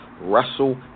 Russell